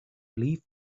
leafed